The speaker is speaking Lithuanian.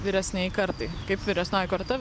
vyresnei kartai kaip vyresnioji karta